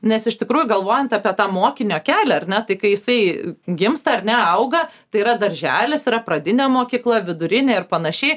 nes iš tikrųjų galvojant apie tą mokinio kelią ar ne tai kai jisai gimsta ar ne auga tai yra darželis yra pradinė mokykla vidurinė ir panašiai